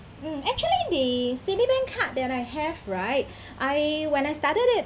mm actually the citibank card that I have right I when I started it